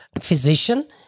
physician